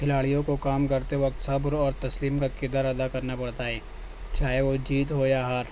کھلاڑیو کو کام کرتے وقت صبر اور تسلیم کا کردار ادا کرنا پڑتا ہے چاہے وہ جیت ہو یا ہار